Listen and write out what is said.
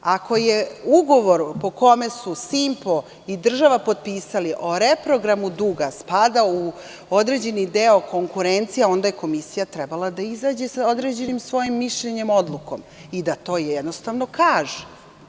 Ako je ugovor po kome su „Simpo“, i država potpisali o reprogramu duga spada u određeni deo konkurencije onda je komisija trebala da izađe sa određenim svojim mišljenjem odlukom i da to jednostavno kaže.